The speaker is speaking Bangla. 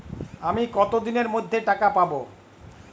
আমি কতদিনের মধ্যে টাকা পাবো?